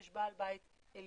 יש בעל בית עליון,